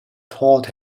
taught